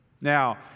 now